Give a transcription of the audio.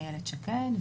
איילת שקד,